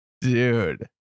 Dude